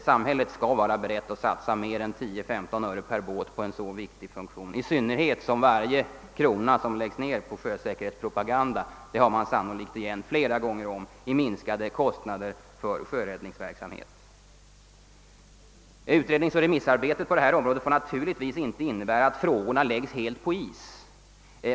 Samhället skall vara berett att satsa mer än 10—15 öre per båt på en så viktig funktion. Säkerligen har man flera gånger om igen varje krona som läggs ner på sjösäkerhetspropagandan. Det kan visa sig t.ex. i minskade kostnader för sjöräddningsverksamheten. Utredningsoch remissarbetet på detta område får naturligtvis inte innebära att frågorna lägges helt på is.